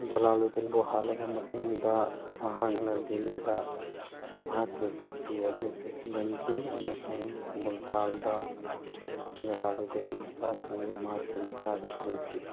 ꯖꯂꯥꯂꯨꯗꯤꯟꯕꯨ ꯍꯥꯠꯂꯕ ꯃꯇꯨꯡꯗ ꯃꯍꯥꯛꯅ ꯗꯦꯜꯂꯤꯗ ꯃꯍꯥꯛꯀꯤ ꯁꯛꯇꯤ ꯑꯗꯨ ꯆꯦꯠꯁꯤꯜꯍꯟꯈꯤ ꯑꯃꯁꯨꯡ ꯃꯨꯜꯇꯥꯜꯗ ꯖꯂꯥꯂꯨꯗꯤꯟ ꯃꯆꯥꯁꯤꯡꯕꯨ ꯃꯍꯥꯛꯀꯤ ꯃꯈꯥꯗ ꯊꯝꯈꯤ